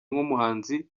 nk’umuhanzi